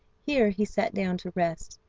here he sat down to rest,